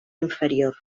inferior